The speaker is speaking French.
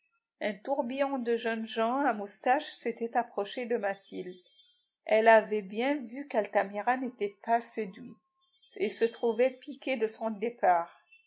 un tourbillon de jeunes gens à moustaches s'était approché de mathilde elle avait bien vu qu'altamira n'était pas séduit et se trouvait piquée de son départ